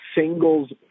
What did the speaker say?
singles